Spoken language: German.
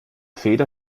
feder